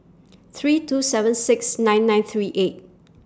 three two seven six nine nine three eight